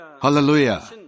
Hallelujah